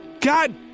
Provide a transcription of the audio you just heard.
God